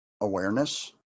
awareness